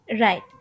right